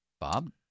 Bob